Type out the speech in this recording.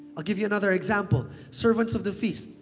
i'll give you another example. servants of the feasts.